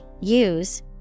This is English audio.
use